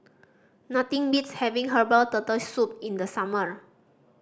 nothing beats having herbal Turtle Soup in the summer